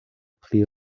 pli